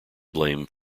blame